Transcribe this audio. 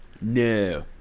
no